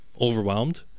Overwhelmed